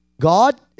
God